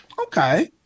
Okay